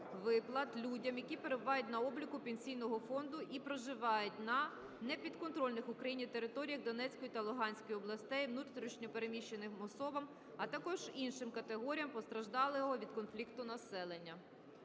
виплат людям, які перебувають на обліку Пенсійного фонду і проживають на непідконтрольних Україні територіях Донецької та Луганської областей, внутрішньо переміщеним особам (ВПО), а також іншим категоріям постраждалого від конфлікту населення.